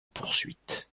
poursuite